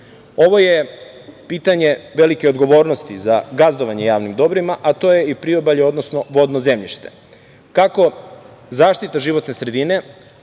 je pitanje velike odgovornosti za gazdovanje javnim dobrima, a to je priobalje, odnosno vodno zemljište. Kako zaštita životne sredine,